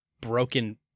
broken